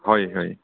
হয় হয়